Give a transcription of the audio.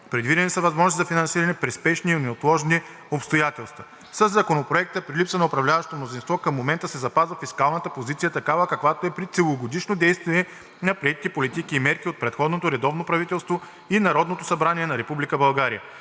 Предвидени са възможности за финансиране при спешни и неотложни обстоятелства. Със Законопроекта при липса на управляващо мнозинство към момента се запазва фискалната позиция такава, каквато е при целогодишно действие на приетите политики и мерки от предходното редовно правителство и Народното събрание на